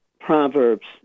proverbs